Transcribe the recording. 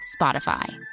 Spotify